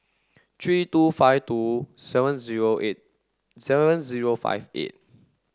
three two five two seven zero eight seven zero five eight